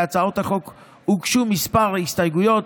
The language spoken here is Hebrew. להצעת החוק הוגשו כמה הסתייגויות,